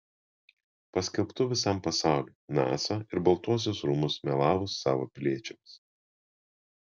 paskelbtų visam pasauliui nasa ir baltuosius rūmus melavus savo piliečiams